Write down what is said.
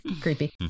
creepy